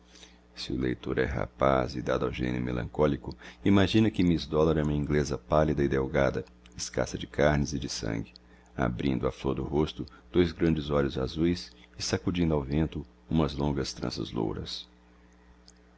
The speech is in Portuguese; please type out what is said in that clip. o leitor é rapaz e dado ao gênio melancólico imagina que miss dollar é uma inglesa pálida e delgada escassa de carnes e de sangue abrindo à flor do rosto dois grandes olhos azuis e sacudindo ao vento umas longas tranças loiras